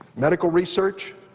medical research,